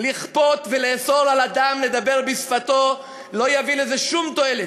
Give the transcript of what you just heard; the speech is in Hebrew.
לכפות ולאסור על אדם לדבר בשפתו לא יביא שום תועלת.